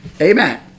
Amen